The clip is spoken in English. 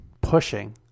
pushing